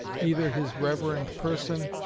either his reverend person,